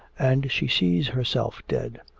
and she sees herself dead.